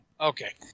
Okay